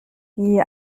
die